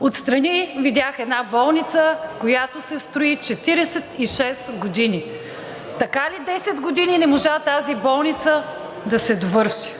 Отстрани видях една болница, която се строи 46 години. Така ли 10 години не можа тази болница да се довърши.